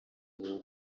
ubu